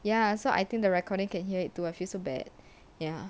ya so I think the recording can hear it too I feel so bad ya